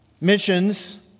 Missions